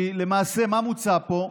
כי למעשה, מה מוצע פה?